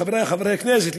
חברי חברי הכנסת,